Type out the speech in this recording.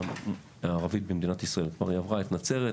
היא כבר עברה את נצרת,